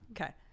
okay